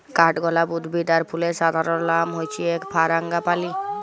কাঠগলাপ উদ্ভিদ আর ফুলের সাধারণলনাম হচ্যে ফারাঙ্গিপালি